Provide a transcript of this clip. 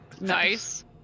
Nice